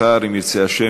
אם ירצה השם,